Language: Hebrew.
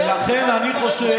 ולכן אני חושב,